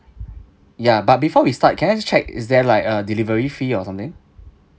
ya but before we start can I just check is there like uh delivery fee or something